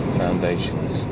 foundations